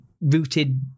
rooted